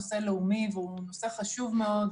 הוא נושא לאומי והוא נושא חשוב מאוד,